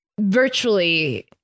virtually